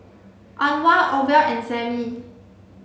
Anwar Orval and Sammy